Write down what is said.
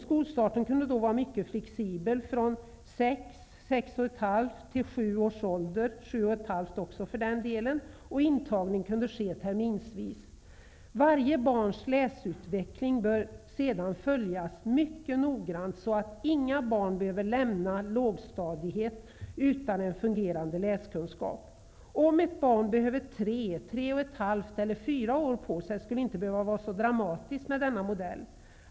Skolstarten kunde då vara mycket flexibel, från sex till sju och ett halvt års ålder, och intagning kunde ske terminsvis. Varje barns läsutveckling bör följas mycket noggrant så att inga barn behöver lämna ''lågstadiet'' utan en fungerande läskunskap. Om ett barn behöver tre, tre och ett halvt eller rent av fyra år på sig, skulle det inte behöva vara så dramatiskt med denna modell.